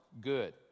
good